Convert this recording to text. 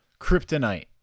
kryptonite